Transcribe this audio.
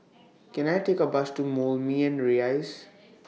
Can I Take A Bus to Moulmein Rise